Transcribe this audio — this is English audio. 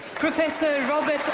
professor robert